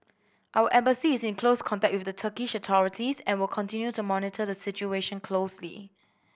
our Embassy is in close contact with the Turkish authorities and will continue to monitor the situation closely